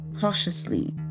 cautiously